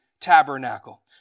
tabernacle